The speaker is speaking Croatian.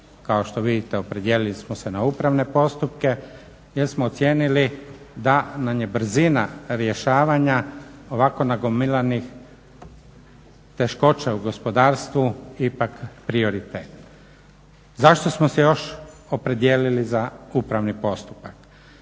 kao što vidite opredijelili smo se na upravne postupke jer smo ocijenili da nam je brzina rješavanja ovako nagomilanih teškoća u gospodarstvu ipak prioritet. Zašto smo se još opredijelili za upravni postupak?